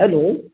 hello